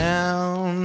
Down